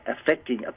affecting